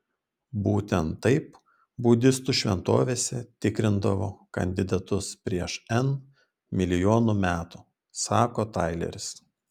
būtent taip budistų šventovėse tikrindavo kandidatus prieš n milijonų metų sako taileris